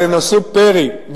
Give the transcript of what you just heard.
אבל המחקרים נשאו פרי.